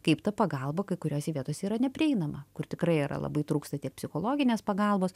kaip ta pagalba kai kuriose vietose yra neprieinama kur tikrai yra labai trūksta tiek psichologinės pagalbos